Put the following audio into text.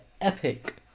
epic